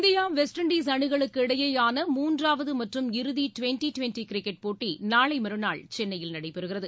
India West Indies அனிகளுக்கு இடையேயாள மூன்றாவது மற்றும் இறுதி டுவெண்டி டுவெண்டி கிரிக்கெட் போட்டி நாளை மறுநாள் சென்னையில் நடைபெறுகிறது